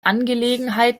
angelegenheit